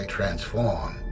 transform